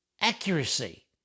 accuracy